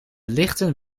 lichten